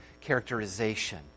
characterization